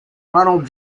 ronald